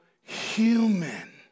human